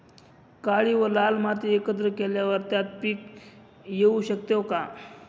काळी व लाल माती एकत्र केल्यावर त्यात पीक घेऊ शकतो का?